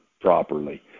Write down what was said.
properly